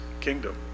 kingdom